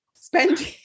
spending